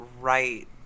right